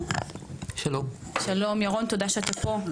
שלום ירון, תודה שאתה פה.